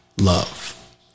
love